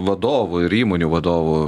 vadovų ir įmonių vadovų